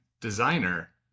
designer